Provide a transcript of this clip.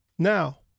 Now